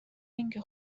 اینکه